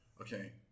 Okay